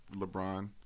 LeBron